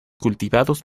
cultivados